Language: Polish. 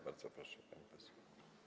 Bardzo proszę, pani poseł.